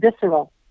visceral